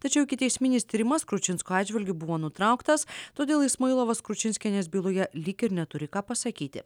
tačiau ikiteisminis tyrimas kručinskų atžvilgiu buvo nutrauktas todėl ismailovas kručinskienės byloje lyg ir neturi ką pasakyti